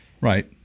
right